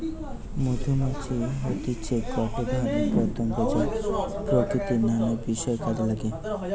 মধুমাছি হতিছে গটে ধরণের পতঙ্গ যা প্রকৃতির নানা বিষয় কাজে নাগে